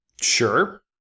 Sure